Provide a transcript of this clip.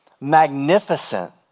magnificent